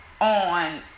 on